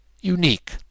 unique